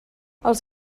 els